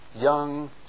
young